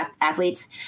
athletes